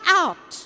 out